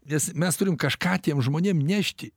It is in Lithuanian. nes mes turim kažką tiem žmonėm nešti